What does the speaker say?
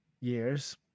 years